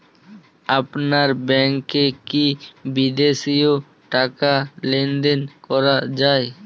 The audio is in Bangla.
আপনার ব্যাংকে কী বিদেশিও টাকা লেনদেন করা যায়?